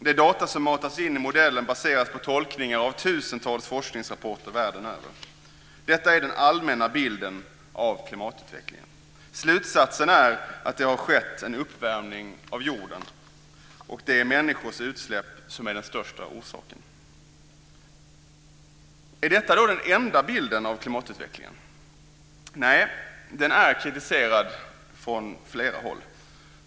De data som matas in i modellen baseras på tolkningar av tusentals forskningsrapporter världen över. Detta är den allmänna bilden av klimatutvecklingen. Slutsatsen är att det har skett en uppvärmning av jorden och att det är människors utsläpp som är den viktigaste orsaken. Är detta då den enda bilden av klimatutvecklingen? Nej, den har kritiserats från flera håll.